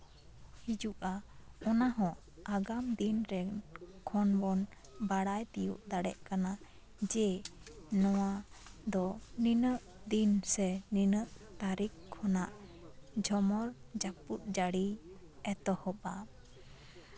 ᱦᱤᱡᱩᱜᱼᱟ ᱚᱱᱟᱦᱚᱸ ᱟᱜᱟᱢ ᱫᱤᱱᱨᱮ ᱠᱷᱚᱱ ᱵᱚᱱ ᱵᱟᱲᱟᱭ ᱛᱤᱭᱳᱜ ᱫᱟᱲᱮᱭᱟᱜ ᱠᱟᱱᱟ ᱡᱮ ᱱᱚᱣᱟ ᱫᱚ ᱱᱤᱱᱟᱹᱜ ᱫᱤᱱ ᱥᱮ ᱱᱤᱱᱟᱹᱜ ᱛᱟᱨᱤᱠᱷ ᱠᱷᱚᱱᱟᱜ ᱡᱷᱚᱢᱚᱨ ᱡᱟ ᱯᱩᱫ ᱡᱟ ᱲᱤ ᱮᱛᱚᱦᱚᱵᱟ